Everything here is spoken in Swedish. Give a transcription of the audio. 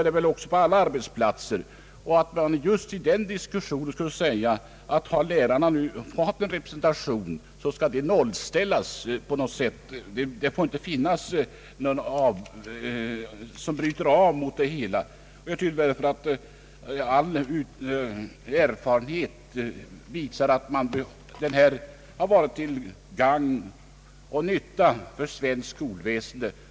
Det kan inte vara riktigt att nu försöka så att säga nollställa lärarna och säga att ingenting får finnas som bryter av. All erfarenhet visar att fackrepresentationen har varit till gagn och nytta för svenskt skolväsende.